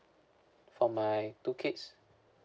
for my two kids